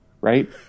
right